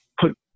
put